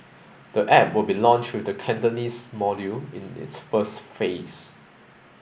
the app will be launched with the Cantonese module in its first phase